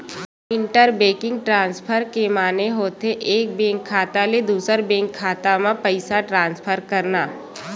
inter banking transfer के माने होथे एक बेंक खाता ले दूसर बेंक के खाता म पइसा ट्रांसफर करना